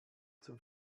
zum